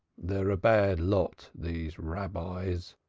they are a bad lot, these rabbis,